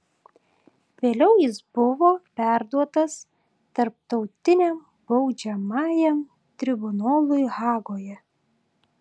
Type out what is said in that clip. vėliau jis buvo perduotas tarptautiniam baudžiamajam tribunolui hagoje